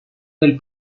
del